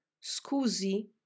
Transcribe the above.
Scusi